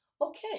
okay